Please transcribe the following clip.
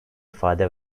ifade